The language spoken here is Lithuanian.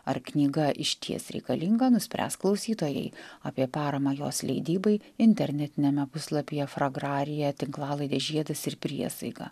ar knyga išties reikalinga nuspręs klausytojai apie paramą jos leidybai internetiniame puslapyje fragrarija tinklalaidė žiedas ir priesaika